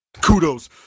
Kudos